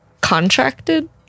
contracted